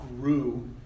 grew